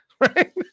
Right